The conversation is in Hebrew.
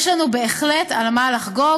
יש לנו בהחלט על מה לחגוג,